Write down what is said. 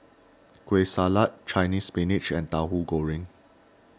Kueh Salat Chinese Spinach and Tahu Goreng